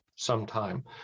sometime